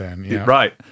right